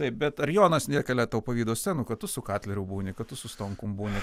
taip bet ar jonas nekelia tau pavydo scenų kad tu su katleriu būni kad tu su stonkum būni